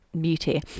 beauty